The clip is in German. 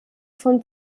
von